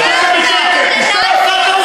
תשתוק.